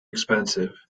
expensive